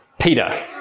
Peter